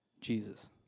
Jesus